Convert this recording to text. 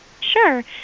Sure